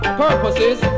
purposes